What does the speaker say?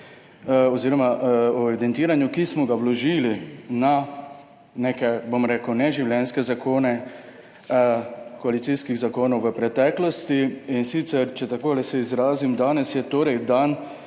zakon o evidentiranju, ki smo ga vložili na neke, bom rekel, neživljenjske zakone koalicijskih zakonov v preteklosti. Če tako se izrazim, danes je torej dan